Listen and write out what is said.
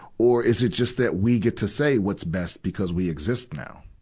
or is it just that we get to say what's best because we exist now?